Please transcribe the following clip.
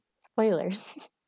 Spoilers